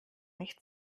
nicht